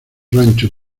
rancho